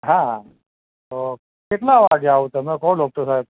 હા તો કેટલા વાગ્યે આવું તમે કહો ડોક્ટર સાહેબ